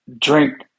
drink